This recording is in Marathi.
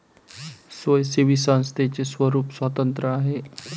स्वयंसेवी संस्थेचे स्वरूप स्वतंत्र आहे